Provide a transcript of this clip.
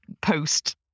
post